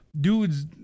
Dudes